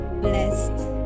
blessed